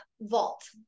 Vault